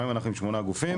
והיום אנחנו עם שמונה גופים.